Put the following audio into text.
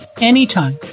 anytime